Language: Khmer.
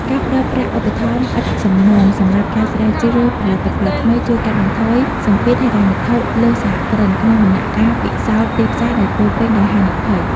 ការផ្ដល់ប្រាក់ឧបត្ថម្ភឥតសំណងសម្រាប់ការស្រាវជ្រាវផលិតផលថ្មី ជួយកាត់បន្ថយសម្ពាធហិរញ្ញវត្ថុលើសហគ្រិន ក្នុងដំណាក់កាលពិសោធន៍ទីផ្សារដែលពោរពេញដោយហានិភ័យ។